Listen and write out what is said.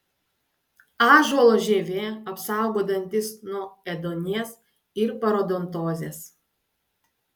ąžuolo žievė apsaugo dantis nuo ėduonies ir parodontozės